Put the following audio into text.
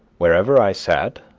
wherever i sat,